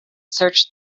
searched